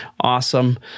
awesome